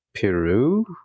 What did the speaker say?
peru